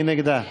מי נגדה?